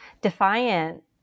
defiant